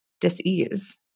dis-ease